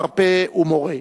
מרפא ומורה.